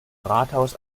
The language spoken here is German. rathaus